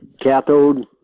cathode